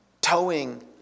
towing